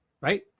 Right